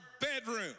bedroom